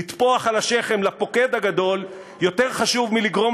לטפוח על השכם לפוקד הגדול יותר חשוב מלגרום